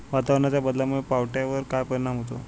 वातावरणाच्या बदलामुळे पावट्यावर काय परिणाम होतो?